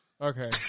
Okay